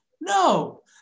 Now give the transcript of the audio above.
No